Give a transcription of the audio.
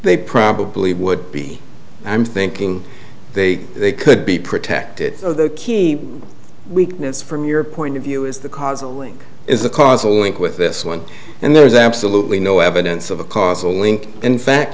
they probably would be i'm thinking they could be protected the key weakness from your point of view is the cause a link is a causal link with this one and there's absolutely no evidence of a causal link in fact